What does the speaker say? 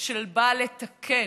שבא לתקן,